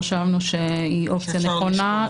ואנחנו חושבים שזאת אופציה נכונה,